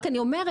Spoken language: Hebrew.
רק אני אומרת,